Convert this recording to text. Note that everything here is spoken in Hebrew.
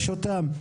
יש אותם?